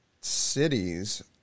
cities